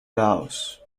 laos